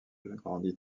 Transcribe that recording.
grandit